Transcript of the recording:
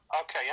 Okay